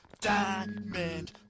Diamond